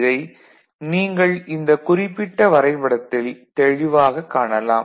இதை நீங்கள் இந்த குறிப்பிட்ட வரைபடத்தில் தெளிவாகக் காணலாம்